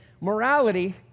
morality